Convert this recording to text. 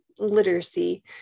Literacy